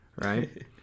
right